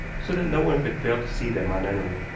so that no one could fail to see them on entering.